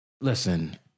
listen